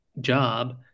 job